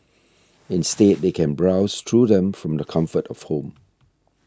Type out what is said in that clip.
instead they can browse through them from the comfort of home